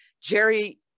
Jerry